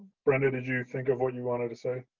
brenda, did you think of what you wanted to say?